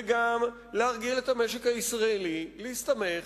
וגם להרגיל את המשק הישראלי להסתמך